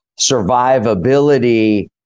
survivability